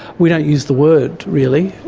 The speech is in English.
we don't use the word really,